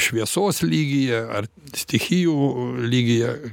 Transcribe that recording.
šviesos lygyje ar stichijų lygyje